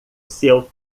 seu